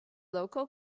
local